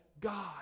God